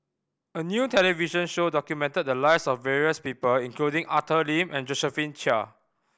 a new television show documented the lives of various people including Arthur Lim and Josephine Chia